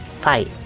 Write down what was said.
Fight